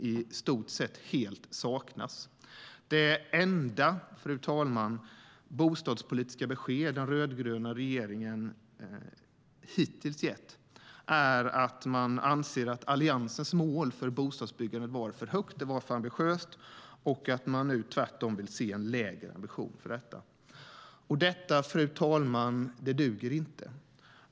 Det enda bostadspolitiska besked som den rödgröna regeringen hittills har gett är att man anser att Alliansens mål för bostadsbyggandet var för högt och för ambitiöst. Tvärtom vill man nu se en lägre ambition för detta. Fru talman! Detta duger inte.